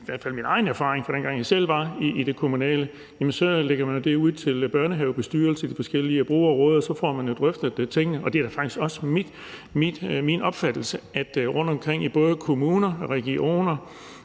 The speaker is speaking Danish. i hvert fald fra dengang, jeg selv var i det kommunale, er, at så lægger man det ud til børnehavebestyrelserne og de forskellige brugerråd, og så får man drøftet tingene. Det er faktisk også min opfattelse, at rundtomkring i både kommuner og regioner